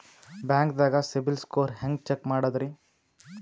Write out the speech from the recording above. ಬ್ಯಾಂಕ್ದಾಗ ಸಿಬಿಲ್ ಸ್ಕೋರ್ ಹೆಂಗ್ ಚೆಕ್ ಮಾಡದ್ರಿ?